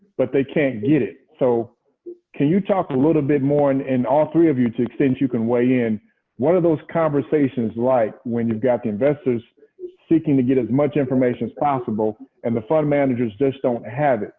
but they can't get it. so can you talk a little bit more and and all three of you to the extent you can weigh in what are those conversations like when you've got the investors seeking to get as much information as possible and fund managers just don't have it.